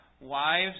Wives